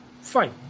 fine